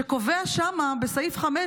שקובע שם בסעיף 5,